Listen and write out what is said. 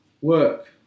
work